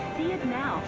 see it now